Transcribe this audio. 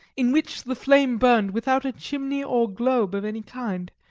in which the flame burned without chimney or globe of any kind,